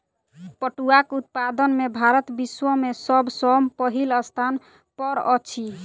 पटुआक उत्पादन में भारत विश्व में सब सॅ पहिल स्थान पर अछि